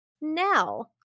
now